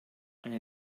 eine